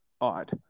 odd